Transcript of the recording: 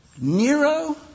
Nero